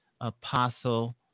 Apostle